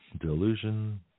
Delusion